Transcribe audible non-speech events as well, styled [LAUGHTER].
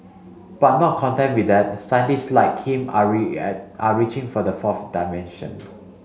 but not content with that scientist like him are [UNINTELLIGIBLE] are reaching for the fourth dimension